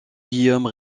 guillaume